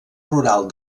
rural